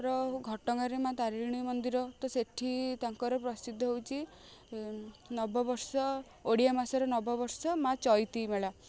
ର ଘଟଗାଁରେ ମାଁ ତାରିଣୀ ମନ୍ଦିର ତ ସେଇଠି ତାଙ୍କର ପ୍ରସିଦ୍ଧ ହଉଛି ନବବର୍ଷ ଓଡ଼ିଆ ମାସର ନବବର୍ଷ ମାଁ ଚଇତି ମେଳା